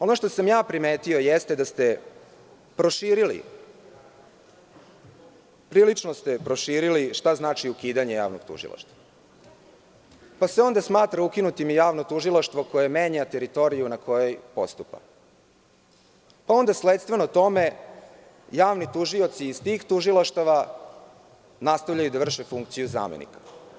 Ono što sam ja primetio jeste da ste proširili, prilično ste proširili šta znači ukidanje javnog tužilaštva, pa se onda smatra ukinutim i javno tužilaštvo koje menja teritoriju na kojoj postupa, pa onda sledstveno tome, javni tužioci iz tih tužilaštava, nastavljaju da vrše funkciju zamenika.